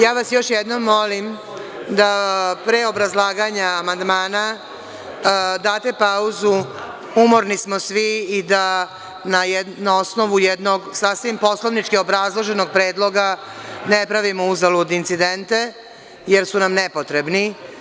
Ja vas još jednom molim da pre obrazlaganja amandmana date pauzu, umorni smo svi i da na osnovu jednog sasvim poslovnički obrazloženog predloga ne pravimo uzalud incidente jer su nam nepotrebni.